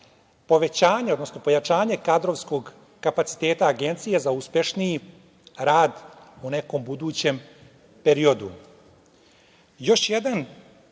povećanje, odnosno pojačanje kadrovskog kapaciteta Agencije za uspešniji rad u nekom budućem periodu. Još jedan